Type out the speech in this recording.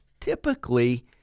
typically